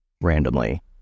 randomly